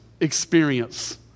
experience